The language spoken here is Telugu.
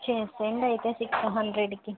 చేసెయ్యండి అయితే సిక్స్ హండ్రెడ్కి